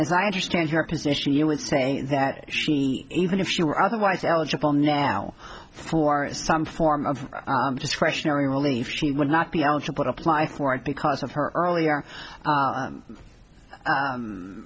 as i understand your position you would say that even if she were otherwise eligible now for some form of discretionary relief she would not be eligible to apply for it because of her earlier